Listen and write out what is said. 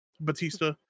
Batista